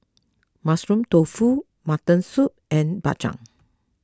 Mushroom Tofu Mutton Soup and Bak Chang